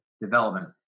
development